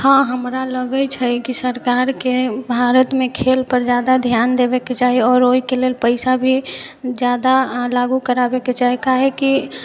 हाँ हमरा लगै छै कि सरकार के भारतमे खेलपर जादा ध्यान देबैके चाही आओर ओइके लेल पैसा भी जादा लागू कराबैके चाही काहेकि